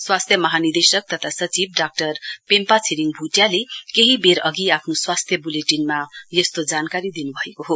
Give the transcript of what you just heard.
स्वास्थ्य महानिदेशक तथा सचिव डाक्टर पेम्पा छिरिङ भुटियाले केही बेर अघि आफ्नो स्वास्थ्य बुलेटिनमा यस्तो जानकारी दिनुभएको हो